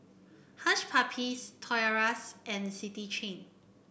Hush Puppies Toys R Us and City Chain